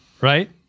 Right